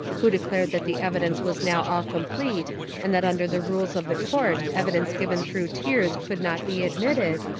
who declared that the evidence was now all complete and that under the rules of the court evidence given through tears could not be admitted,